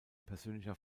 persönlicher